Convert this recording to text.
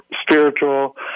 spiritual